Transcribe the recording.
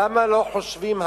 למה לא חושבים הלאה,